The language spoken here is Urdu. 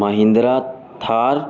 مہندرا تھار